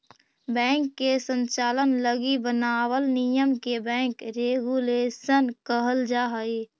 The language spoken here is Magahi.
बैंक के संचालन लगी बनावल नियम के बैंक रेगुलेशन कहल जा हइ